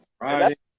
Right